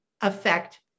affect